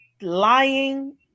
lying